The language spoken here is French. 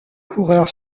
coureur